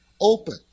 open